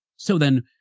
so then,